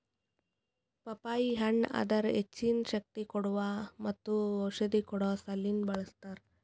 ಪಪ್ಪಾಯಿ ಹಣ್ಣ್ ಅದರ್ ಹೆಚ್ಚಿನ ಶಕ್ತಿ ಕೋಡುವಾ ಮತ್ತ ಔಷಧಿ ಕೊಡೋ ಸಲಿಂದ್ ಬಳ್ಸತಾರ್